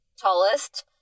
tallest